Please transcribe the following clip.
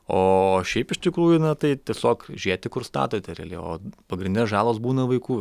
o šiaip iš tikrųjų na tai tiesiog žiūrėti kur statote realiai o pagrinde žalos būna vaikų